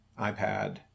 iPad